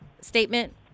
statement